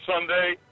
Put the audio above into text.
Sunday